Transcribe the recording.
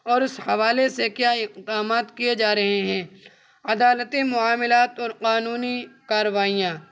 اور اس حوالے سے کیا اقدامات کیے جا رہے ہیں عدالتی معاملات اور قانونی کارروائیاں